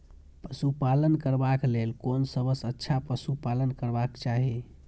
पशु पालन करबाक लेल कोन सबसँ अच्छा पशु पालन करबाक चाही?